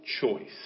choice